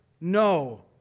No